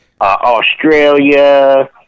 Australia